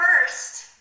first